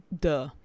Duh